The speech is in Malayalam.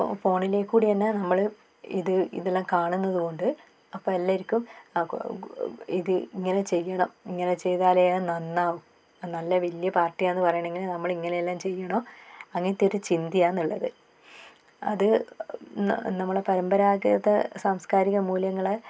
ഫോണിലി കൂടി തന്നെ നമ്മൾ ഇത് ഇതെല്ലാം കാണുന്നത് കൊണ്ട് അപ്പം എല്ലാവർക്കും ഇത് ഇങ്ങനെ ചെയ്യണം ഇങ്ങനെ ചെയ്താലേ അത് നന്നാവു നല്ല വലിയ പാർട്ടിയാന്ന് പറയണങ്കിൽ നമ്മൾ ഇങ്ങനെയെല്ലാം ചെയ്യണം അങ്ങനത്തെ ഒരു ചിന്തയാന്ന് ഉള്ളത് അത് നമ്മൾ പരമ്പരാഗത സാംസ്കാരിക മൂല്യങ്ങളെ